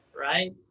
right